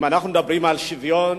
אם אנחנו מדברים על שוויון